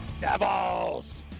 Devils